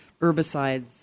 herbicides